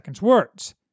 words